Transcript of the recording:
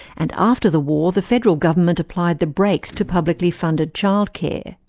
and after the war, the federal government applied the brakes to publicly funded child care.